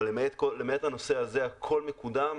אבל למעט הנושא הזה הכול מקודם.